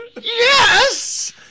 Yes